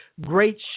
great